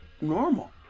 normal